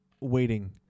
waiting